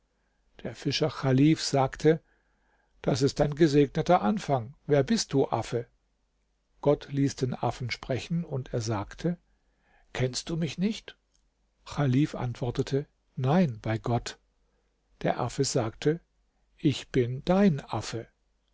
der fischer chalif sagte das ist ein gesegneter anfang wer bist du affe gott ließ den affen sprechen und er sagte kennst du mich nicht chalif antwortete nein bei gott der affe sagte ich bin dein affe